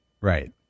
Right